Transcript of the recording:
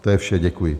To je vše, děkuji.